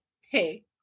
hey